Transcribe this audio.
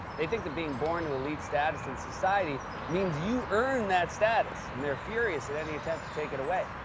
they think that being born to elite status in society means you earned that status, and they're furious at any attempt to take it away.